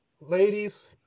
ladies